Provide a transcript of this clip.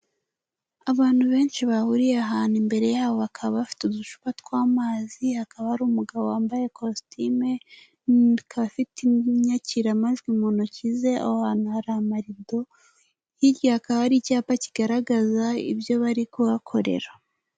Abantu benshi bahuriye ahantu imbere yabo bakaba bafite uducupa tw'amazi hakaba hari umugabo wambaye cositime afiteyakiramajwi mu ntoki ze aho hantu hari amarido, hirya ha akaba hari icyapa kigaragaza ibyo bari kuhakorera.